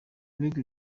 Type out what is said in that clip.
bihugu